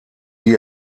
die